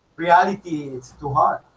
reality, it's too hard